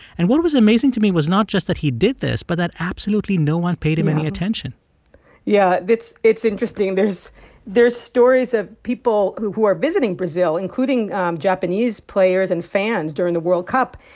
and what was amazing to me was not just that he did this but that absolutely no one paid him any attention yeah, it's it's interesting. there's there's stories of people who who are visiting brazil, including japanese players and fans during the world cup,